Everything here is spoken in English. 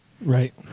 Right